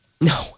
No